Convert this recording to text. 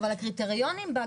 אבל הקריטריונים בה,